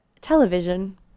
television